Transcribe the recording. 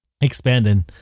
Expanding